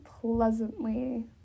pleasantly